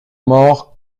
mort